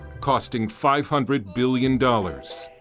costing five hundred billion dollars.